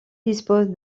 dispose